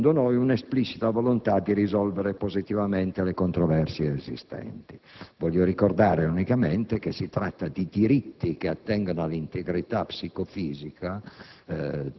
secondo noi, un'esplicita volontà di risolvere positivamente le controversie esistenti. Voglio ricordare unicamente che si tratta di diritti che attengono all'integrità psicofisica